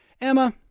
Emma